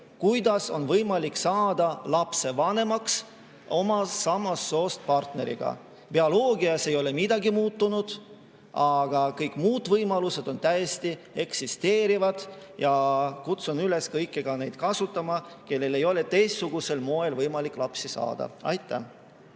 kuidas on võimalik saada lapsevanemaks samast soost partneriga. Bioloogias ei ole midagi muutunud, aga mitmesugused muud võimalused täiesti eksisteerivad. Ja kutsun üles kõiki neid võimalusi kasutama, kui ei ole teistsugusel moel võimalik lapsi saada. Aitäh!